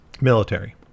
military